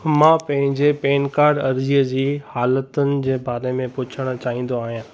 मां पंहिंजे pan card अर्ज़ीअ जी हालतुनि जे बारे में पुछणु चाहींदो आहियां